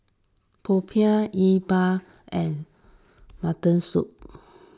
Popiah E Bua and Mutton Soup